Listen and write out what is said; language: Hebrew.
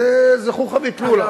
זו חוכא ואטלולא.